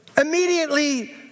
immediately